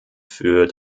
für